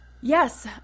Yes